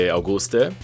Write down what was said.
Auguste